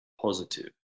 positive